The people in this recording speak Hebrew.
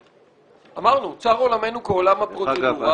אמרנו: צר עולמנו כעולם הפרוצדורה.